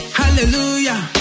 hallelujah